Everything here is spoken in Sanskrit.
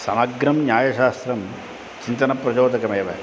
समग्रं न्यायशास्त्रं चिन्तनप्रचोदकमेव